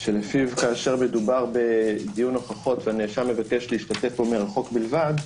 שלפיו כאשר מדובר בדיון הוכחות והנאשם מבקש להשתתף בו מרחוק בלבד,